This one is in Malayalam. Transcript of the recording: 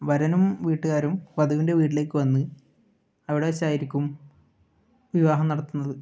വരനും വീട്ടുകാരും വധുവിൻ്റെ വീട്ടിലേക്ക് വന്ന് അവിടെ വെച്ചായിരിക്കും വിവാഹം നടത്തുന്നത്